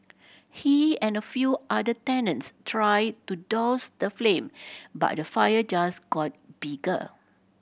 he and a few other tenants tried to douse the flame but the fire just got bigger